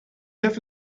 have